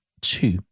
two